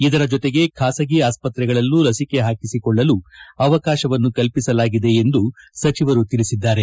ಇದರ ಜೊತೆಗೆ ಖಾಸಗಿ ಆಸ್ತ್ರೆಗಳಲ್ಲೂ ಲಸಿಕೆ ಹಾಕಿಸಿಕೊಳ್ಳಲು ಅವಕಾಶವನ್ನು ಕಲ್ಪಿಸಲಾಗಿದೆ ಎಂದು ಸಚಿವರು ತಿಳಿಸಿದ್ದಾರೆ